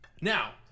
now